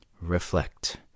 Reflect